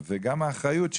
וגם האחריות,